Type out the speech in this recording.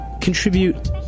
contribute